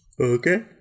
Okay